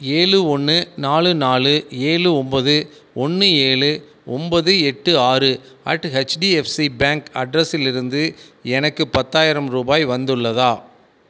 ஏழு ஒன்று நாலு நாலு ஏழு ஒம்பது ஒன்று ஏழு ஒம்பது எட்டு ஆறு அட் ஹெச்டிஎஃப்சி பேங்க் அட்ரஸிலிருந்து எனக்கு பத்தாயிரம் ரூபாய் வந்துள்ளதா